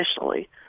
initially